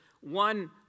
one